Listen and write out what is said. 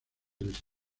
les